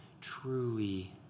truly